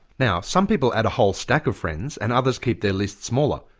now, some people add a whole stack of friends, and others keep their lists small. ah